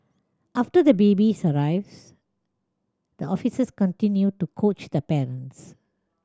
after the babies arrives the officers continue to coach the parents